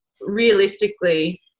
realistically